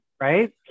right